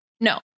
No